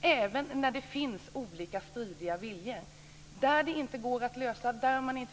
Det gäller även när det finns motstridiga viljor. När det inte går att